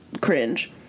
cringe